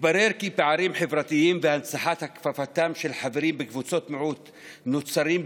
התברר כי פערים חברתיים והנצחת הכפפתם של חברים בקבוצות מיעוט נוצָרים,